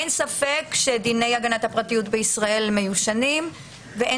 אין ספק שדיני הגנת הפרטיות בישראל מיושנים ואין